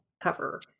cover